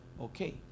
Okay